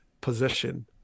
position